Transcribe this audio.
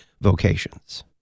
vocations